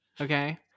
okay